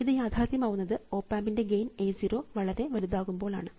ഇത് യാഥാർഥ്യമാവുന്നത് ഓപ് ആമ്പിൻറെ ഗെയിൻ A 0 വളരെ വലുതാകുമ്പോൾ ആണ്